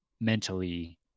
mentally